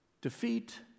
defeat